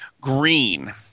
green